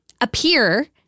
appear